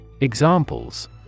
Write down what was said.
Examples